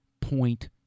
point